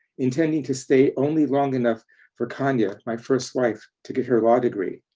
intending to stay only long enough for khanya, my first wife, to get her law degree.